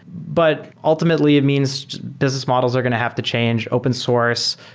but ultimately it means business models are going to have to change open source.